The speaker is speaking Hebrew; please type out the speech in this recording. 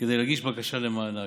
כדי להגיש בקשה למענק.